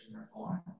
reform